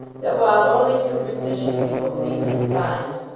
that while only superstitious people be lieve in signs,